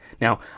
Now